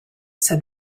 said